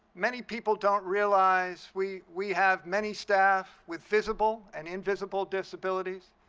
many people don't realize, we we have many staff with visible and invisible disabilities.